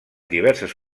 diverses